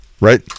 right